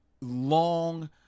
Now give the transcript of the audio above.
long